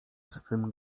swym